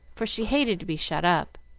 for she hated to be shut up